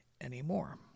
anymore